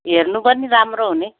हेर्नु पनि राम्रो हुने